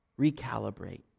recalibrate